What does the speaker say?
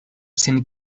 sen